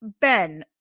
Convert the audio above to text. Ben